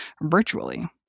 virtually